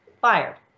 fired